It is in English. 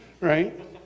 right